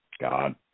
God